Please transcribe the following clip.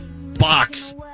box